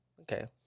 Okay